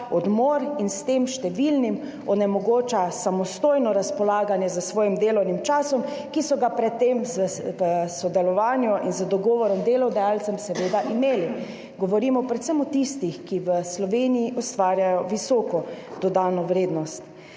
odmor in s tem številnim onemogoča samostojno razpolaganje s svojim delovnim časom, ki so ga pred tem v sodelovanju in z dogovorom z delodajalcem seveda imeli. Govorimo predvsem o tistih, ki v Sloveniji ustvarjajo visoko dodano vrednost.